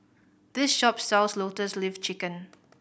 this shop sells Lotus Leaf Chicken